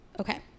Okay